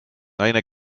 naine